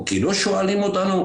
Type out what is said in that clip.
שכפי שהבנתי,